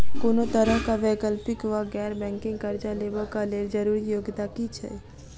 कोनो तरह कऽ वैकल्पिक वा गैर बैंकिंग कर्जा लेबऽ कऽ लेल जरूरी योग्यता की छई?